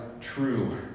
true